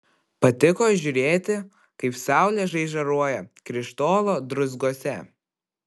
patiko žiūrėti kaip saulė žaižaruoja krištolo druzguose